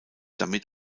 damit